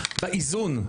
באיזון,